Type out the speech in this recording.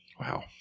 Wow